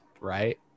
Right